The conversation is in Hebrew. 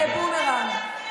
כבומרנג.